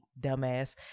dumbass